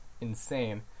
insane